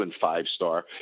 five-star